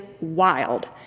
wild